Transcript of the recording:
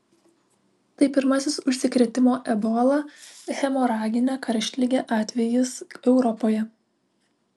tai pirmasis užsikrėtimo ebola hemoragine karštlige atvejis europoje